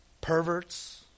perverts